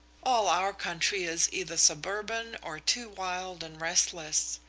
all our country is either suburban or too wild and restless.